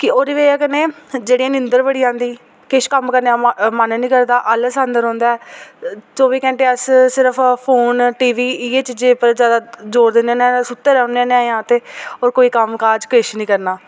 ओह्दी बजह् कन्नै जेह्ड़ी नींदर बड़ी आंदी किश कम्म करने दा मन निं करदा आलस आंदा रौह्ंदा ऐ चौबी घैंटे अस सिर्फ फोन टी वी इ'यै चीज़ें उप्पर जादे जोर दिन्ने होने होर सुत्ते रौह्न्ने ते होर कोई कम्म काज किश निं करना